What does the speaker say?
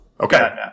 Okay